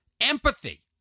empathy